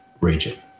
region